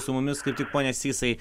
su mumis kaip tik pone sysai